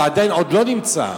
ועדיין לא נמצא,